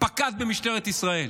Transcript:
פקד במשטרת ישראל.